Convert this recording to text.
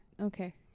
okay